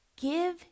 give